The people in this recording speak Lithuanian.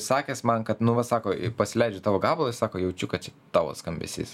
sakęs man kad nu va sako pasileidžiu tavo gabalą ir sako jaučiu kad čia tavo skambesys